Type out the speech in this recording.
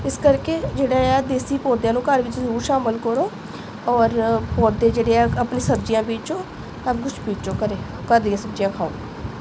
ਇਸ ਕਰਕੇ ਜਿਹੜਾ ਆ ਦੇਸੀ ਪੌਦਿਆਂ ਨੂੰ ਘਰ ਵਿੱਚ ਜ਼ਰੂਰ ਸ਼ਾਮਲ ਕਰੋ ਔਰ ਪੌਦੇ ਜਿਹੜੇ ਹੈ ਆਪਣੇ ਸਬਜ਼ੀਆਂ ਬੀਜੋ ਸਭ ਕੁਛ ਬੀਜੋ ਘਰੇ ਘਰ ਦੀਆਂ ਸਬਜ਼ੀਆਂ ਖਾਓ